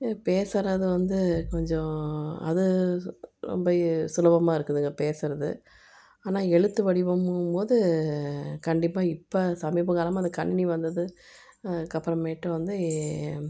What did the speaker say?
பேசுறது வந்து கொஞ்சம் அது ரொம்ப சுலபமாக இருக்குதுங்க பேசுறது ஆனால் எழுத்து வடிவம்மும்முங்க போது கண்டிப்பாக இப்போ சமீப கலாமாக அந்த கணினி வந்தது அதுக்கு அப்புறமேட்டு வந்து